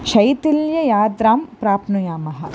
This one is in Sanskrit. शैथिल्ययात्रां प्राप्नुयामः